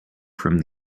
from